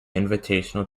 invitational